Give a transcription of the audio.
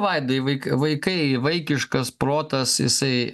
vaidai vaikai vaikai vaikiškas protas jisai